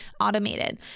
automated